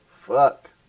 Fuck